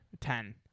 ten